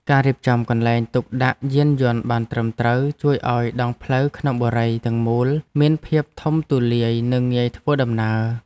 ការរៀបចំកន្លែងទុកដាក់យានយន្តបានត្រឹមត្រូវជួយឱ្យដងផ្លូវក្នុងបុរីទាំងមូលមានភាពធំទូលាយនិងងាយធ្វើដំណើរ។